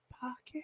pocket